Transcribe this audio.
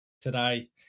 today